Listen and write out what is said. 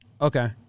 Okay